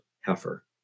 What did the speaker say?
heifer